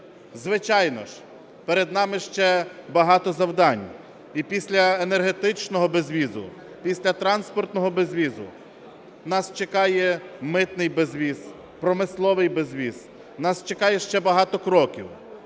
Звичайно ж, перед нами ще багато завдань. І після енергетичного безвізу, після транспортного безвізу нас чекає митний безвіз, промисловий безвіз, нас чекає ще багато кроків.